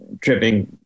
tripping